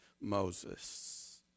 Moses